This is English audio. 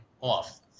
off